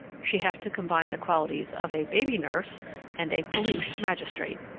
she has to combine the qualities of a baby nurse and a police magistrate.